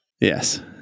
Yes